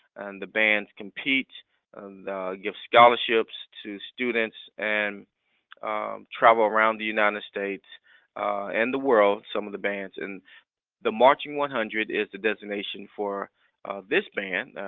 and the bands compete and give scholarships to students and travel around the united states and the world, some of the bands, and the marching one hundred is the designation for this band,